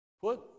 put